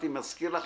נזכיר לך,